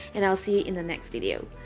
and i'll see you in the next video.